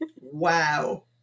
wow